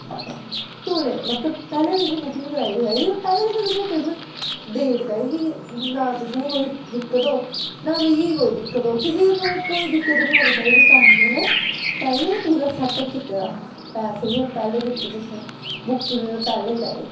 तौले मतलब पैह्ले दिन गै बुकिंग कराई ओड़ी दी ही पैह्ले दिन गै तुसेंगी पेमैंट देई टकाई कि नां तुसेंगी कोई दिक्कत होग नां मिगी कोई दिक्कत होग किसे नूं कोई दिक्कत निं होनी चाहिदी तां करियै में पैह्लें पूरा सैटअप कीते दा हा पैसे बी में पैह्लैं दित्ते तुसेंगी बुकिंग में पैह्लें कराई